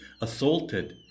assaulted